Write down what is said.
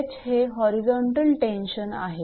𝐻 हे होरिझोंटल टेन्शनआहे